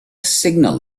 signal